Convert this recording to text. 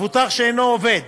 מבוטח שאינו עובד